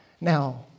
Now